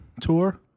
tour